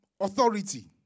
authority